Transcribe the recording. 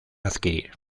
adquirir